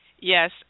Yes